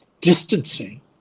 distancing